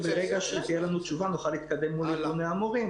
ברגע שתהיה לנו תשובה נוכל להתקדם מול ארגוני המורים